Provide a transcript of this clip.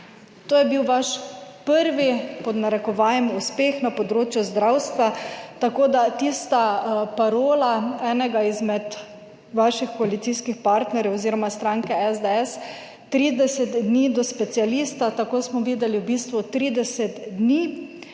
To je bil vaš prvi, pod narekovajem, uspeh na področju zdravstva. Tako, da tista parola enega izmed vaših koalicijskih partnerjev oziroma stranke SDS, 30 dni do specialista, tako smo videli v bistvu 30 dni,